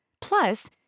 plus